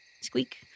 Squeak